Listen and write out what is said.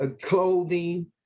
clothing